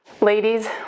Ladies